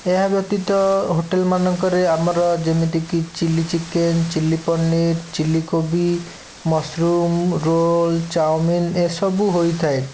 ଏହା ବ୍ୟତୀତ ହୋଟେଲ୍ ମାନଙ୍କରେ ଆମର ଯେମିତିକି chilli chicken chilli paneer chilli କୋବି ମସରୁମ୍ ରୋଲ୍ ଚାଓମିନ୍ ଏସବୁ ହୋଇଥାଏ